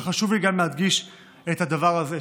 וחשוב לי להדגיש גם את הדבר הזה,